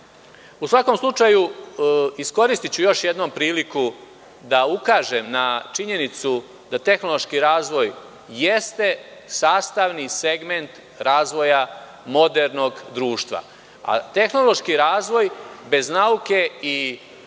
svakom slučaju, iskoristiću još jednom priliku da ukažem na činjenicu da tehnološki razvoj jeste sastavni segment razvoja modernog društva, a tehnološkog razvoja bez nauke i